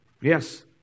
Yes